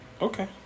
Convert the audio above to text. Okay